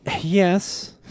yes